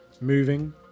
Moving